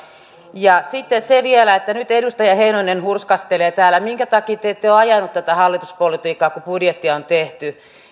sitten vielä se että nyt edustaja heinonen hurskastelee täällä minkä takia te ette ole ajanut tätä hallituspolitiikkaa kun budjettia on tehty